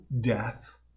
death